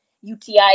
UTI